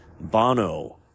Bono